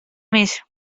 més